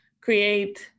create